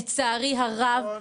לצערי הרב,